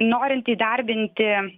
norint įdarbinti